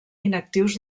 inactius